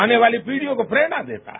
आने वाली पीढ़ियों को प्रेरणा देता है